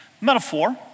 Metaphor